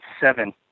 seven